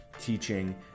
teaching